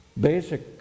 basic